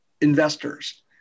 investors